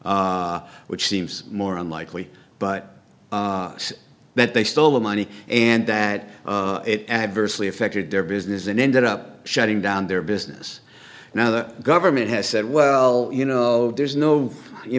which seems more unlikely but that they stole the money and that it adversely affected their business and ended up shutting down their business now the government has said well you know there's no